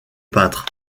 peintres